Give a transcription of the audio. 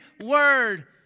word